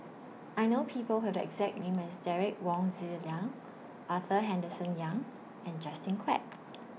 I know People Who Have The exact name as Derek Wong Zi Liang Arthur Henderson Young and Justin Quek